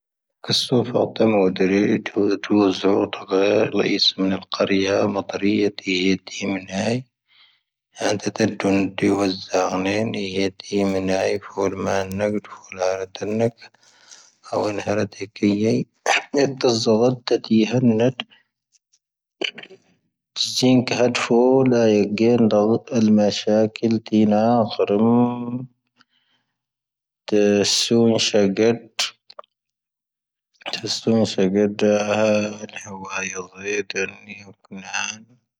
ⵊⵓⵙⵜ ⴷoⵏ'ⵜ ⵙⴰⵢ ⴳooⴷ ⴷⴰⵢ, ⵏⵢⴻ ⵡⴰ ⵢⴻⵍⴷⴻ ⴷⴻⵏ ⵢⵓⴽ ⵏⴰⴰⵏ.